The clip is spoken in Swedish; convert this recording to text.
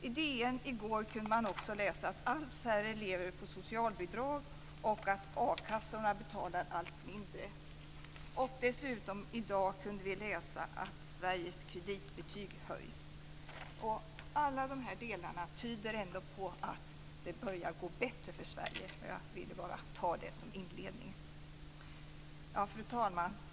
I DN i går kunde man också läsa att allt färre lever på socialbidrag och att a-kassorna betalar allt mindre. I dag kunde vi dessutom läsa att Sveriges kreditbetyg höjs. Alla dessa delar tyder ändå på att det börjar gå bättre för Sverige. Jag ville bara ta det som inledning. Fru talman!